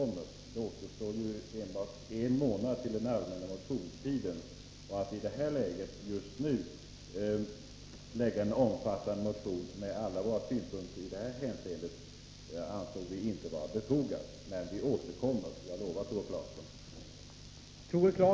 Det återstår bara en månad till den allmänna motionstiden. Att i det här läget väcka en omfattande motion med alla våra synpunkter ansåg vi inte vara befogat. Men vi återkommer, det lovar jag.